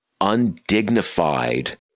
undignified